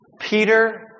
Peter